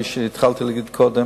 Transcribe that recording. כפי שהתחלתי לומר קודם,